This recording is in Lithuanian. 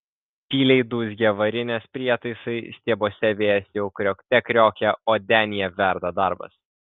tyliai dūzgia vairinės prietaisai stiebuose vėjas jau kriokte kriokia o denyje verda darbas